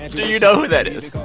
and do you know who that is?